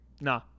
Nah